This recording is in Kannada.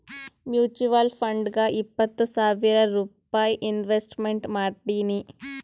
ಮುಚುವಲ್ ಫಂಡ್ನಾಗ್ ಇಪ್ಪತ್ತು ಸಾವಿರ್ ರೂಪೈ ಇನ್ವೆಸ್ಟ್ಮೆಂಟ್ ಮಾಡೀನಿ